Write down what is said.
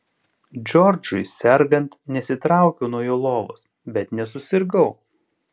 džordžui sergant nesitraukiau nuo jo lovos bet nesusirgau